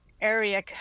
Area